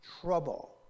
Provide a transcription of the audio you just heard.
trouble